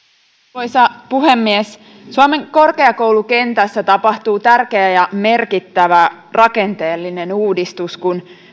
arvoisa puhemies suomen korkeakoulukentässä tapahtuu tärkeä ja merkittävä rakenteellinen uudistus kun